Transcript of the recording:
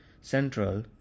central